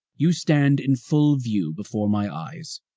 you stand in full view before my eyes.